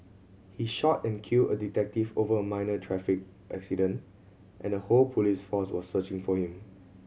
he shot and killed a detective over a minor traffic accident and the whole police force was searching for him